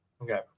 Okay